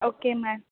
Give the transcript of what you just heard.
okay ma'am